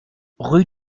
rue